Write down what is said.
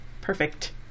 perfect